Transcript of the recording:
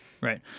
right